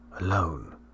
Alone